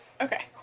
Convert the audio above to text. Okay